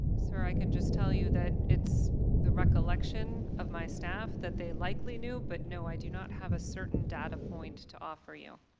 sir, i can just tell you that the recollection of my staff that they likely knew but no, i do not have a certain data point to offer you.